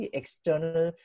external